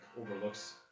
overlooks